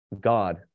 god